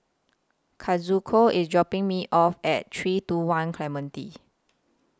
Kazuko IS dropping Me off At three two one Clementi